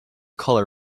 color